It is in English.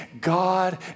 God